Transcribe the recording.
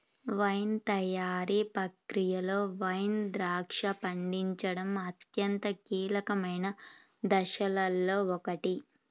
wine తయారీ ప్రక్రియలో wine ద్రాక్ష పండించడం అత్యంత కీలకమైన దశలలో ఒకటి